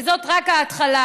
וזאת רק ההתחלה,